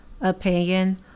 opinion